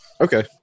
Okay